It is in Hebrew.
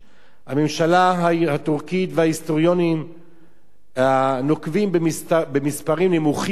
הממשלה הטורקית וההיסטוריונים נוקבים במספרים נמוכים יחסית,